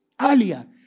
earlier